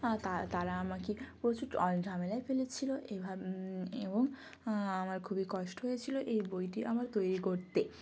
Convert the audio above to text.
আর তারা আমাকে প্রচুর ঝামেলায় ফেলেছিলো এভা এবং আমার খুবই কষ্ট হয়েছিলো এই বইটি আমার তৈরি করতে